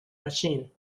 machine